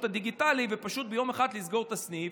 הדיגיטלי ופשוט ביום אחד סוגר את הסניף.